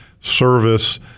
service